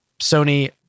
Sony